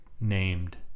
named